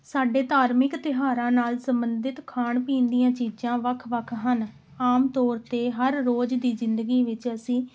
ਸਾਡੇ ਧਾਰਮਿਕ ਤਿਉਹਾਰਾਂ ਨਾਲ ਸੰਬੰਧਿਤ ਖਾਣ ਪੀਣ ਦੀਆਂ ਚੀਜ਼ਾਂ ਵੱਖ ਵੱਖ ਹਨ ਆਮ ਤੌਰ 'ਤੇ ਹਰ ਰੋਜ਼ ਦੀ ਜ਼ਿੰਦਗੀ ਵਿੱਚ ਅਸੀਂ